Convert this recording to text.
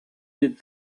did